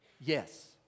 Yes